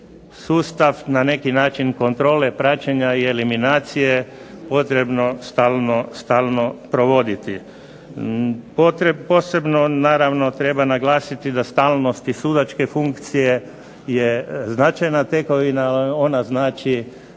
sustav na neki način kontrole, praćenja i eliminacije potrebno stalno provoditi. Posebno naravno treba naglasiti da stalnost i sudačke funkcije je značajna tekovina, ona znači